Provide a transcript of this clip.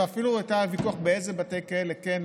ואפילו היה ויכוח באיזה בתי כלא כן,